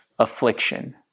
affliction